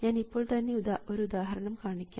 ഞാൻ ഇപ്പോൾ തന്നെ ഒരു ഉദാഹരണം കാണിക്കാം